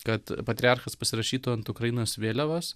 kad patriarchas pasirašytų ant ukrainos vėliavos